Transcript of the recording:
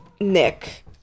Nick